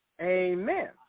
Amen